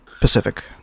pacific